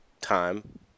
time